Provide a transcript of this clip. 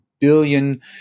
billion